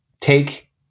take